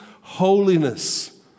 holiness